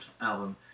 album